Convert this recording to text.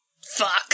Fuck